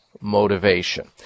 motivation